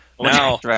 Now